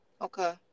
Okay